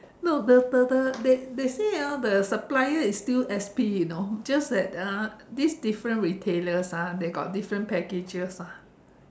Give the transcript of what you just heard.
no the the the they they say ah the supplier is still S_P you know just that ah these different retailers ah they got different packages ah